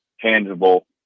tangible